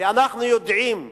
ואנחנו יודעים שחלק,